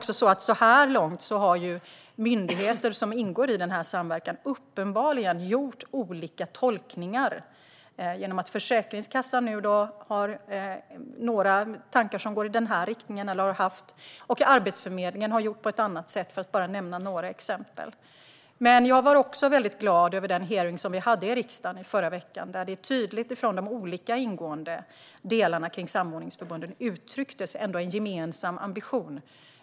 Så här långt har myndigheter som ingår i denna samverkan uppenbarligen gjort olika tolkningar. Försäkringskassan har haft några tankar som går i en riktning, och Arbetsförmedlingen har gjort på ett annat sätt - för att bara nämna ett par exempel. Men jag var väldigt glad över den hearing som vi hade i riksdagen i förra veckan. Från de olika ingående delarna kring samordningsförbunden uttrycktes det ändå en gemensam ambition.